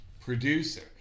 producer